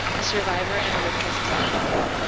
a survivor and a rape crisis advocate.